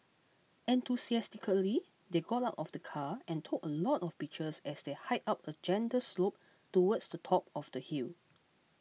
enthusiastically they got out of the car and took a lot of pictures as they hiked up a gentle slope towards the top of the hill